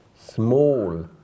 small